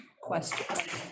question